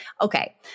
okay